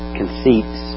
conceits